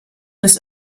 des